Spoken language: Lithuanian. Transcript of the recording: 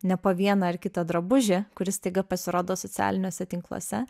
ne po vieną ar kitą drabužį kuris staiga pasirodo socialiniuose tinkluose